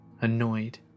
annoyed